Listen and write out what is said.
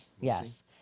yes